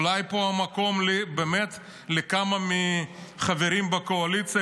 אולי פה המקום באמת לכמה חברים מהקואליציה